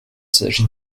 s’agit